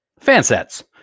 Fansets